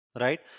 right